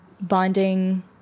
Bonding